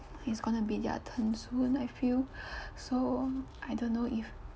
it's gonna be their turn soon I feel so I don't know if